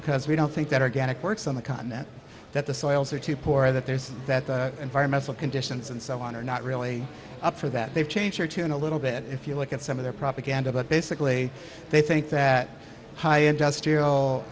because we don't think that again it works on the continent that the soils are too poor that there's that the environmental conditions and so on are not really up for that they've changed their tune a little bit if you look at some of their propaganda but basically they think that high industrial